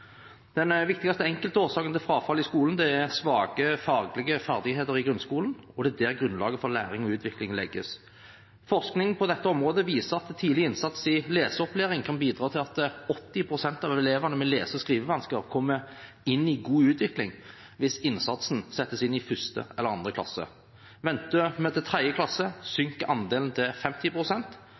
Den viktigste enkeltårsaken til frafall i skolen er svake faglige ferdigheter i grunnskolen, og det er der grunnlaget for læring og utvikling legges. Forskning på dette området viser at tidlig innsats i leseopplæring kan bidra til at 80 pst. av elevene med lese- og skrivevansker kommer inn i god utvikling hvis innsatsen settes inn i 1. eller 2. klasse. Venter vi til 3. klasse, synker andelen til